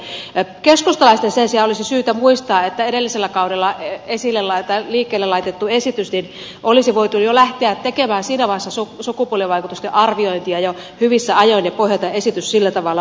keskustalaisten sen sijaan olisi syytä muistaa että edellisellä kaudella liikkeelle laitetun esityksen osalta olisi voitu lähteä tekemään jo siinä vaiheessa sukupuolivaikutusten arviointia ja hyvissä ajoin pohjata esitys sillä tavalla valmiiksi